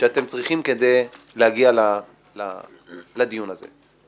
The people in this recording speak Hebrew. שאתם צריכים כדי להגיע לדיון הזה.